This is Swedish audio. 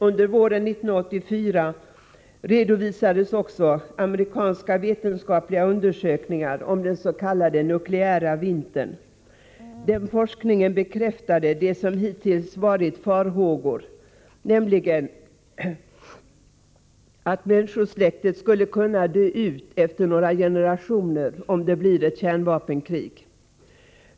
Under våren 1984 redovisades också amerikanska vetenskapliga undersökningar om den s.k. nukleära vintern. Den forskningen bekräftade det som hittills har varit farhågor, nämligen att människosläktet skulle kunna dö ut efter några generationer om det blir ett kärnvapenkrig.